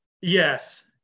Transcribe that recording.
Yes